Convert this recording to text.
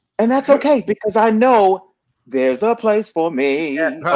and that's okay because i know there's ah a place for me and